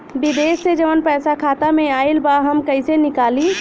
विदेश से जवन पैसा खाता में आईल बा हम कईसे निकाली?